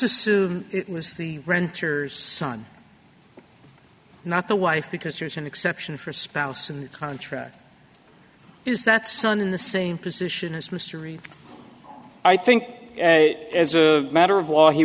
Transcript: assume it was the renters son not the wife because there's an exception for a spouse and the contract is that son in the same position as mystery i think as a matter of law he